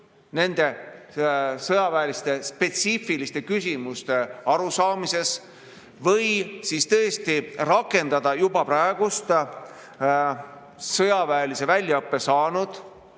nende sõjaväeliste spetsiifiliste küsimuste alal või siis tõesti rakendada juba praegu sõjaväelise väljaõppe saanud